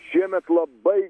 šiemet labai